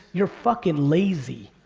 you're fucking lazy.